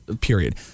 period